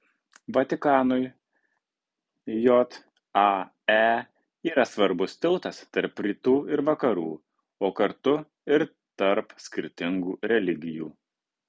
vatikanui jae yra svarbus tiltas tarp rytų ir vakarų o kartu ir tarp skirtingų religijų